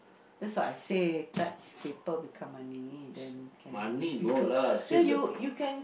that's what I say touch paper become money then can give people ya you you can